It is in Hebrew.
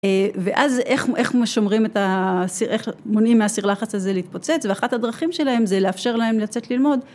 ואז איך משומרים את ה.. איך מונעים מהסיר לחץ הזה להתפוצץ ואחת הדרכים שלהם זה לאפשר להם לצאת ללמוד